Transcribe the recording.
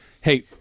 hey